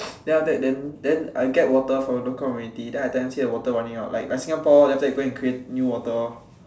then after then then I will get water for the community then I tell them say the water running out like Singapore after that they go and create Newater